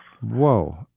Whoa